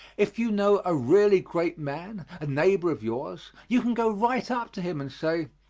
if you know a really great man, a neighbor of yours, you can go right up to him and say,